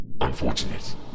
Unfortunate